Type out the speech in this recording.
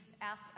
asked